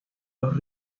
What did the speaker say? los